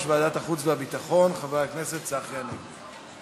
ועדת החוץ והביטחון חבר הכנסת צחי הנגבי.